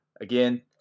again